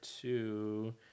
two